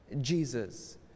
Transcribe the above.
Jesus